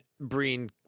Breen